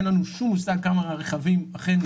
אין לנו שום מושג כמה רכבים אכן נדפקו.